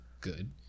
good